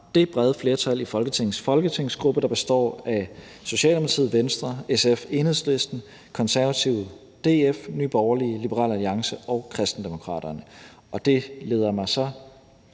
det brede flertal i Folketingets følgegruppe, der består af Socialdemokratiet, Venstre, SF, De Radikale , Enhedslisten, Konservative, DF, Nye Borgerlige, Liberal Alliance og Kristendemokraterne. Det leder mig så